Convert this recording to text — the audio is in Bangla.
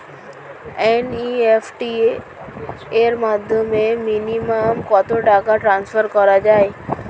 এন.ই.এফ.টি র মাধ্যমে মিনিমাম কত টাকা টান্সফার করা যায়?